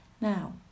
Now